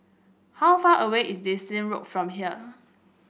how far away is Dyson Road from here